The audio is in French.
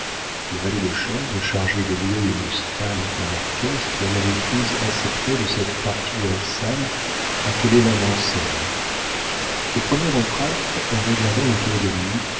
le valet de chambre chargé de louer une stalle à l'orchestre l'avait prise assez près de cette partie de la salle appelée l'avant-scène au premier entr'acte en regardant autour de lui